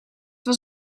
was